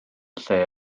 lle